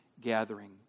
gathering